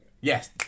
Yes